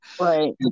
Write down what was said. Right